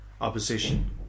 opposition